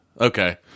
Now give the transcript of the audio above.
Okay